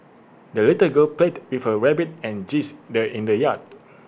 the little girl played with her rabbit and geese the in the yard